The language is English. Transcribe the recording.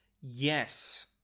Yes